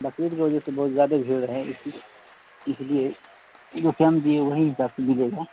بقرعید کی وجہ سے بہت زیادہ بھیڑ ہے اس لیے جو ٹائم دیے وہی حساب سے دیجیے گا